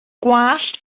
gwallt